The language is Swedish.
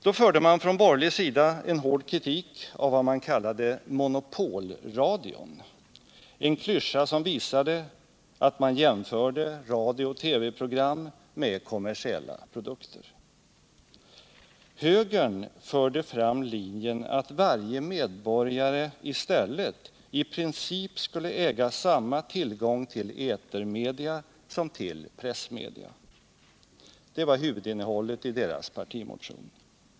Då framförde man från borgerlig sida en hård kritik mot vad man kallade ”monopolradion”, en klyscha som visade att man jämförde radiooch TV program med kommersiella produkter. Högern förde fram linjen att varje medborgare i stället i princip skulle äga samma tillgång till etermedia som till pressmedia. Det var huvudinnehållet i högerns partimotion.